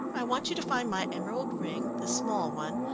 i want you to find my emerald ring, the small one,